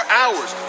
hours